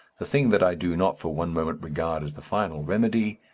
the thing that i do not for one moment regard as the final remedy,